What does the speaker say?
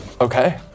Okay